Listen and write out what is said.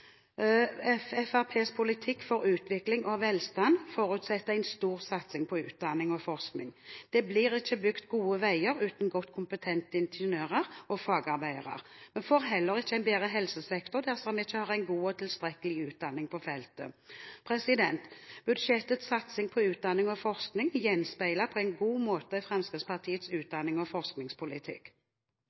nye. Fremskrittspartiets politikk for utvikling og velstand forutsetter en stor satsing på utdanning og forskning. Det blir ikke bygd gode veier uten godt kompetente ingeniører og fagarbeidere. Vi får heller ikke en bedre helsesektor dersom vi ikke har en god og tilstrekkelig utdanning på feltet. Budsjettets satsing på utdanning og forskning gjenspeiler på en god måte Fremskrittspartiets utdannings- og forskningspolitikk.